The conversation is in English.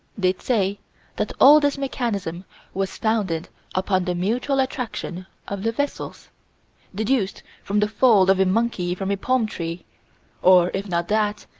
they'd say that all this mechanism was founded upon the mutual attraction of the vessels deduced from the fall of a monkey from a palm tree or, if not that,